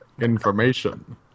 information